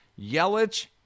Yelich